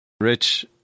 Rich